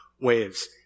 waves